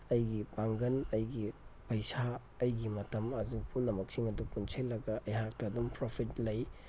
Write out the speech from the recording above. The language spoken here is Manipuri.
ꯑꯩꯒꯤ ꯄꯥꯡꯒꯜ ꯑꯩꯒꯤ ꯄꯩꯁꯥ ꯑꯩꯒꯤ ꯃꯇꯝ ꯑꯗꯨ ꯄꯨꯝꯅꯃꯛꯁꯤꯡ ꯑꯗꯨ ꯄꯨꯟꯁꯤꯟꯂꯒ ꯑꯩꯍꯥꯛꯇ ꯑꯗꯨꯝ ꯄ꯭ꯔꯣꯐꯤꯠ ꯂꯩ